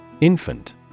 Infant